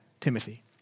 Timothy